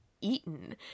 eaten